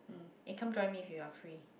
mm eh come join me if you're free